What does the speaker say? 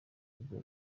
ubwo